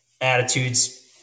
attitude's